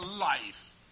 life